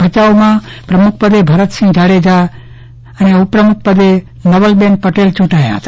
ભચાઉમાં પ્રમુખપદે ભરતસિંહ જાડેજા અને ઉપપ્રમુખપદે નવલબેન પટેલ ચૂંટાયા હતા